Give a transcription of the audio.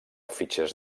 fitxers